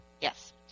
Yes